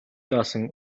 даасан